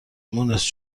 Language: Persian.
مونس